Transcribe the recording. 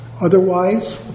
Otherwise